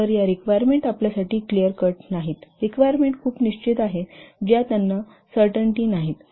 तर या रिक्वायरमेंट आपल्यासाठी क्लिअर कट नाहीत रिक्वायरमेंट खूप निश्चित आहेत ज्या त्यांना सर्टन्टीटी नाहीत